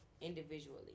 individually